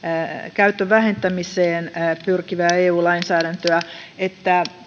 käytön vähentämiseen pyrkivää eu lainsäädäntöä on että